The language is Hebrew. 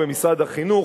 או במשרד החינוך,